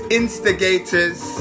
instigators